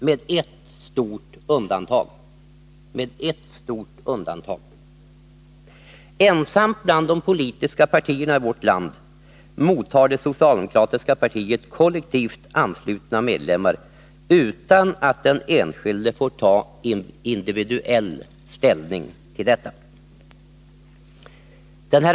Men det finns ett stort undantag: ensamt bland de politiska partierna i vårt land emottar det socialdemokratiska partiet kollektivt anslutna medlemmar, utan att den enskilde får ta individuell ställning till detta.